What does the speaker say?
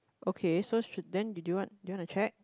okay so should then do you want do you wanna check